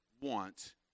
want